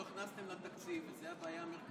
לא הכנסתם את זה לתקציב וזו הבעיה המרכזית.